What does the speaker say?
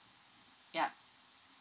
yup